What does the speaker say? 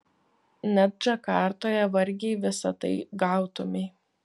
net džakartoje vargiai visa tai gautumei